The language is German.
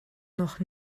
noch